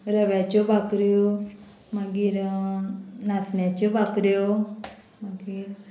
रव्याच्यो भाकऱ्यो मागीर नाचण्याच्यो भाकऱ्यो मागीर